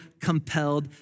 compelled